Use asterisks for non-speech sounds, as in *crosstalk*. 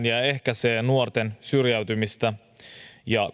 *unintelligible* ja ehkäisee nuorten syrjäytymistä ja